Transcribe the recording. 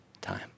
time